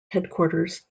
headquarters